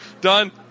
done